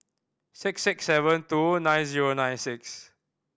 six six seven two nine zero nine six